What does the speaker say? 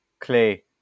Clay